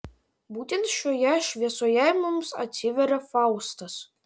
būtent šioje šviesoje mums atsiveria faustas